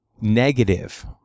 negative